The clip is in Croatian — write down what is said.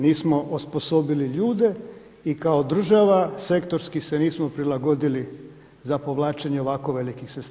Nismo osposobili ljude i kao država sektorski se nismo prilagodili za povlačenje ovako velikih sredstava.